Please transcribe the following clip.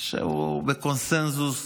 שהוא בקונסנזוס,